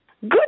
Good